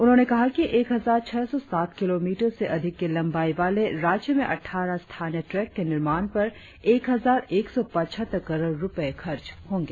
उन्होंने कहा कि एक हजार छह सौ सात किलोमीटर से अधिक की लंबाई वाले राज्य में अट्ठरह स्थानीय ट्रैक के निर्माण पर एक हजार एक सौ पचहत्तर करोड़ रुपए खर्च होंगे